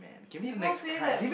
people say that